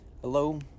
Hello